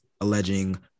alleging